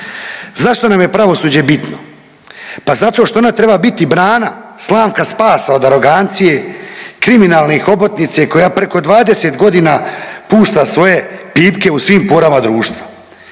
Zašto nam je pravosuđe bitno? Pa zato što ona treba biti brana, slamka spasa od arogancije, kriminalne hobotnice koja preko 20.g. pušta svoje pipke u svim porama društva